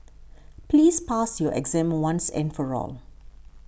please pass your exam once and for all